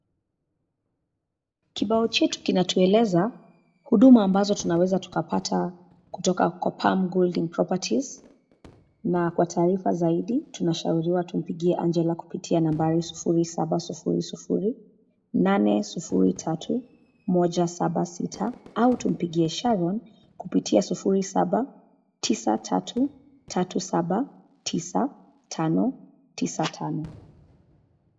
Kibao chetu kinatueleza, huduma ambazo tunaweza tukapata, kutoka kwa [Pam Golding Properties], na kwa taarifa zaidi tunashauriwa tumpigie [Angela] kupitia nambari sufuri saba sufuri sufuri, nane sufuri tatu, moja saba sita au tumpigie [Sharon], kupitia sufuri saba, tisa tatu, tatu saba, tisa, tano, tisa tano.